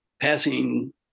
passing